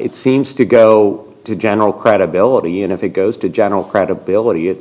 it seems to go to general credibility and if it goes to general credibility it